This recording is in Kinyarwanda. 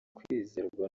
kwizerwa